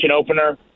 opener